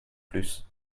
plus